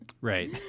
right